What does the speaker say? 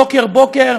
בוקר-בוקר,